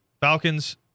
Falcons